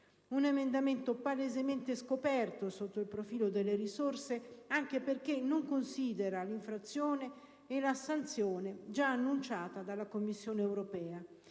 Un emendamento palesemente scoperto sotto il profilo delle risorse, anche perché non considera l'infrazione e la sanzione già annunciata dalla Commissione europea